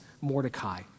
Mordecai